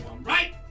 right